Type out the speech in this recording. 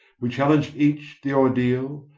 we challenged each the ordeal,